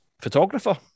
photographer